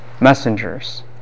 messengers